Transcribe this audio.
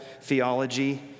theology